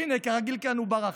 הינה, כרגיל, כאן הוא ברח.